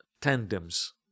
tandems